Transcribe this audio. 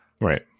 right